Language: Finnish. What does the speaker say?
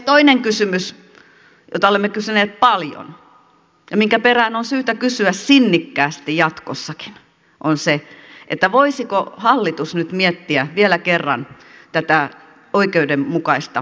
toinen kysymys jota olemme kysyneet paljon ja jonka perään on syytä kysyä sinnikkäästi jatkossakin on se voisiko hallitus nyt miettiä vielä kerran tätä oikeudenmukaista taakanjakoa